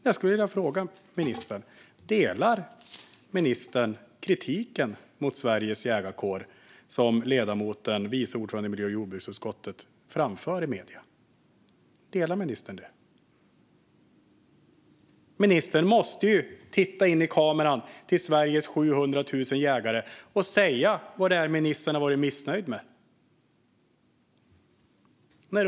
Jag skulle vilja fråga ministern: Delar ministern kritiken mot Sveriges jägarkår som ledamoten, vice ordföranden i miljö och jordbruksutskottet, framför i medierna? Ministern måste titta in i kameran och säga till Sveriges 700 000 jägare vad hon har varit missnöjd med.